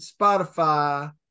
Spotify